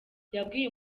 yabwiye